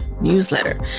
newsletter